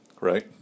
right